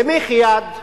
במחי יד,